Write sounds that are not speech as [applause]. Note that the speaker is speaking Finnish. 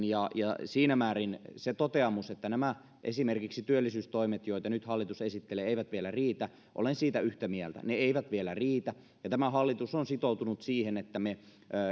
[unintelligible] ja ja siinä määrin se toteamus että esimerkiksi nämä työllisyystoimet joita nyt hallitus esittelee eivät vielä riitä olen siitä yhtä mieltä ne eivät vielä riitä tämä hallitus on sitoutunut siihen että me